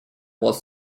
was